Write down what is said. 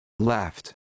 Left